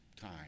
time